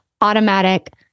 automatic